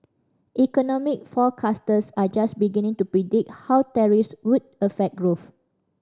economic forecasters are just beginning to predict how tariffs would affect growth